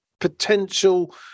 potential